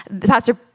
Pastor